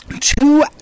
two